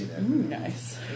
nice